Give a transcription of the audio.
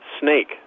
Snake